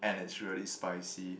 and it's really spicy